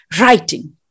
writing